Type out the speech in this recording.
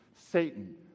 Satan